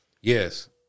Yes